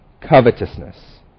covetousness